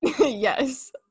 Yes